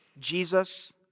Jesus